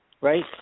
Right